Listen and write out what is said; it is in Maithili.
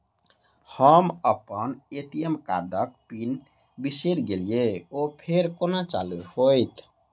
हम अप्पन ए.टी.एम कार्डक पिन बिसैर गेलियै ओ फेर कोना चालु होइत?